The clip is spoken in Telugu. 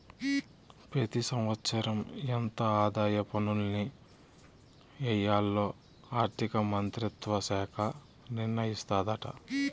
పెతి సంవత్సరం ఎంత ఆదాయ పన్నుల్ని ఎయ్యాల్లో ఆర్థిక మంత్రిత్వ శాఖ నిర్ణయిస్తాదాట